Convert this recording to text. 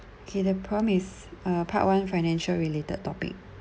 okay the prompt is uh part one financial related topic